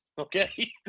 okay